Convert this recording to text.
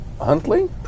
Huntley